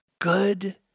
good